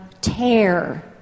tear